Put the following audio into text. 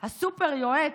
הסופר-יועץ,